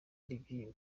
ari